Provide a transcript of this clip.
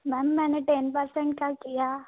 ma'am मैंने ten percent का किया